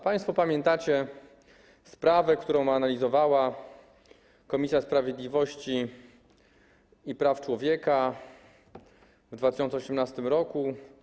Państwo pamiętacie sprawę, którą analizowała Komisja Sprawiedliwości i Praw Człowieka w 2018 r.